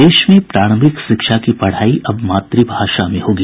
प्रदेश में प्रारंभिक शिक्षा की पढ़ाई अब मातृभाषा में होगी